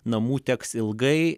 namų teks ilgai